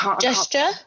Gesture